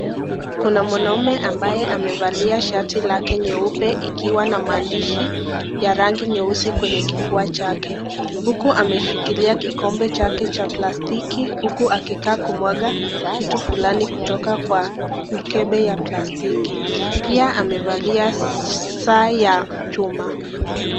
Kuna mwanamume ambaye amevalia shati lake nyeupe likiwa na maandishi ya rangi nyeusi kwenye kifua chake. Huku ameshikilia kikombe chake cha plastiki huku akikaa kumwaga kitu fulani kutoka kwa mkebe ya plastiki. Pia amevalia saa ya chuma.